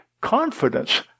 confidence